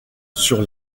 sur